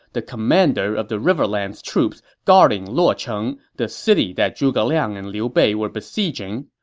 the commander of the riverlands troops guarding luocheng, the city that zhuge liang and liu bei were besieging.